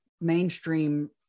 mainstream